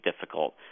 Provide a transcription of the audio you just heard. difficult